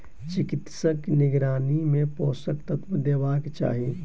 चिकित्सकक निगरानी मे पोषक तत्व देबाक चाही